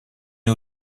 une